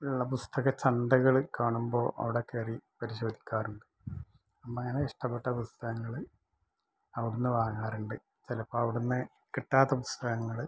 ഉള്ള പുസ്തകച്ചന്തകള് കാണുമ്പോൾ അവിടെ കയറി പരിശോധിക്കാറുണ്ട് അങ്ങനെ ഇഷ്ടപ്പെട്ട പുസ്തകങ്ങള് അവടുന്ന് വാങ്ങാറുണ്ട് ചിലപ്പോൾ അവിടുന്ന് കിട്ടാത്ത പുസ്തകങ്ങള്